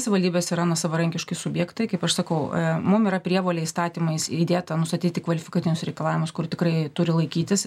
savivaldybės yra na savarankiški subjektai kaip aš sakau mum yra prievolė įstatymais įdėta nustatyti kvalifikacinius reikalavimus kur tikrai turi laikytis